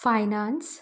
finance